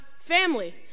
family